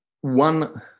one